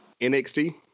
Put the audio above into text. NXT